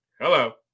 hello